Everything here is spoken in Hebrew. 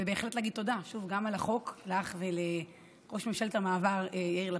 ובהחלט להגיד תודה שוב גם על החוק לך וגם לראש ממשלת המעבר יאיר לפיד.